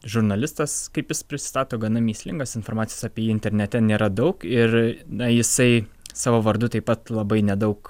žurnalistas kaip jis prisistato gana mįslingas informacijos apie jį internete nėra daug ir na jisai savo vardu taip pat labai nedaug